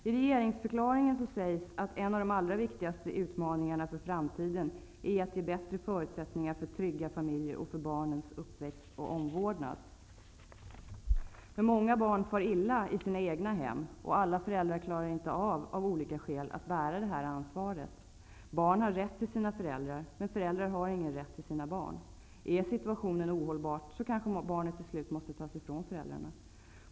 I regeringsförklaringen sägs att ''en av de allra viktigaste utmaningarna för framtiden är att ge bättre förutsättningar för trygga familjer och för barnens uppväxt och omvårdnad''. Men många barn far illa i sina egna hem, och, av olika skäl, klarar inte alla föräldrar av att bära ansvaret för sina barn. Barn har rätt till sina föräldrar, men föräldrar har ingen rätt till sina barn. Är situationen i hemmet ohållbar, måste barnet kanske till slut tas ifrån föräldrarna.